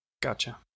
Gotcha